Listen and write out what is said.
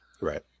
right